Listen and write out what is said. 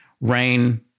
rain